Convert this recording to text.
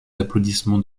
applaudissements